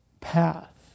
path